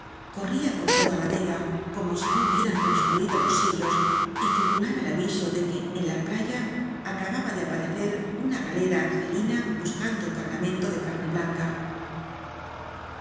rría por toda la vega como si no hubieran trans currido los siglos y circulara el aviso de que en la playa acababa de aparecer una galera arge lina buscando careamento de carne blanca